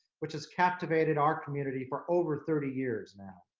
which has captivated our community for over thirty years now.